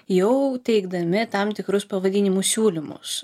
jau teikdami tam tikrus pavadinimų siūlymus